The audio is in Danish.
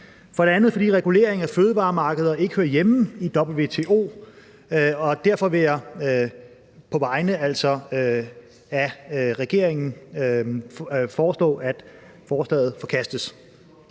det andet, fordi regulering af fødevaremarkeder ikke hører hjemme i WTO. Derfor vil jeg på vegne af regeringen foreslå, at forslaget forkastes.